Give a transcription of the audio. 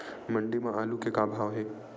मंडी म आलू के का भाव हे?